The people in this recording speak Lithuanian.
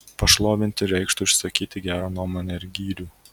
pašlovinti reikštų išsakyti gerą nuomonę ar gyrių